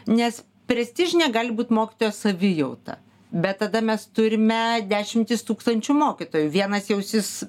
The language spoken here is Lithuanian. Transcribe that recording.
nes prestižinė gali būti mokytojo savijauta bet tada mes turime dešimtis tūkstančių mokytojų vienas jausis